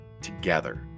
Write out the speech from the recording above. together